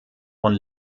von